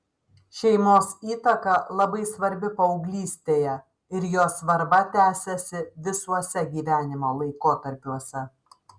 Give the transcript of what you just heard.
šeimos įtaka labai svarbi paauglystėje ir jos svarba tęsiasi visuose gyvenimo laikotarpiuose